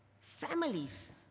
Families